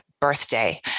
birthday